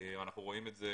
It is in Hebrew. ואנחנו רואים את זה